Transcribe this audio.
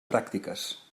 pràctiques